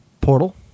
Portal